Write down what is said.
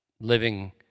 living